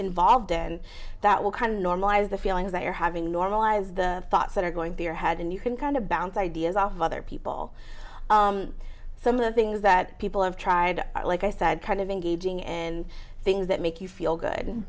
involved and that will kind of normalize the feelings that you're having normalize the thoughts that are going through your head and you can kind of bounce ideas off of other people some of the things that people have tried are like i said kind of engaging and things that make you feel good